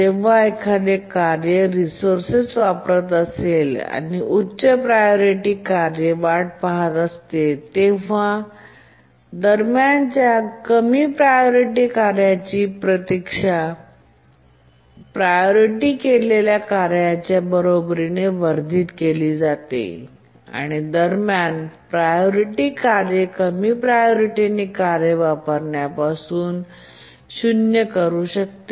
जेव्हा एखादे कार्य रिसोर्स वापरत असते आणि उच्च प्रायोरिटी कार्य वाट पहात असते तेव्हा दरम्यान कमी प्रायोरिटी कार्यांची प्रायोरिटी प्रतीक्षा केलेल्या कार्याच्या बरोबरीने वर्धित केली जाते आणि दरम्यानचे प्रायोरिटी कार्य कमी प्रायोरिटीने कार्य वापरण्यापासून पूर्व शून्य करू शकते